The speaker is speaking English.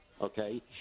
Okay